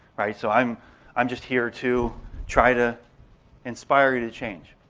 so i'm i'm just here to try to inspire you to change.